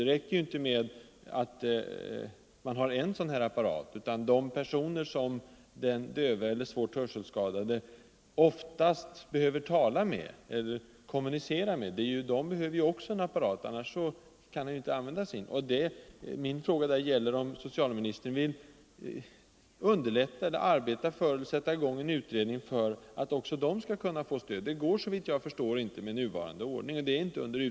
Det räcker inte med en sådan apparat, utan de personer som den döve eller svårt hörselskadade oftast behöver komma i förbindelse med måste också ha en apparat. Annars kan den hörselskadade inte använda sin. Min fråga därvidlag gäller om socialministern vill sätta i gång en utredning om att också de skall kunna få stöd. Det kan de, såvitt jag förstår, inte få enligt nuvarande ordning.